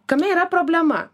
kame yra problema